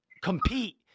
compete